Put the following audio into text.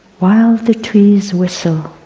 while the trees whistle.